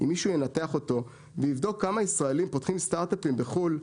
אם מישהו ינתח אותו ויבדוק כמה ישראלים פותחים סטארט-אפים בחו"ל,